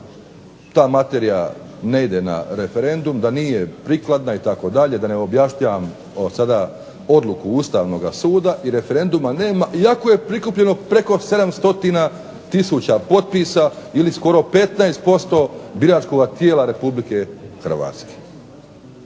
ta materija ne ide na referendum, da nije prikladna itd., da ne objašnjavam sada odluku Ustavnoga suda i referenduma nema, iako je prikupljeno preko 700 tisuća potpisa ili skoro 15% biračkog tijela Republike Hrvatske.